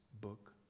Book